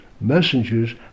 messengers